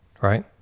right